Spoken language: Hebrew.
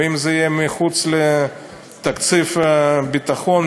ואם זה יהיה מחוץ לתקציב הביטחון,